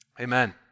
amen